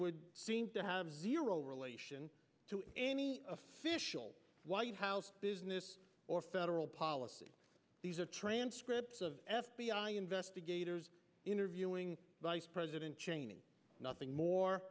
would seem to have zero relation to any official white house business or federal policy these are transcripts of f b i investigators interviewing vice president cheney nothing more